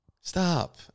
Stop